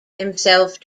himself